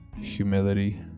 humility